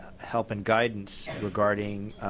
help and guidance regarding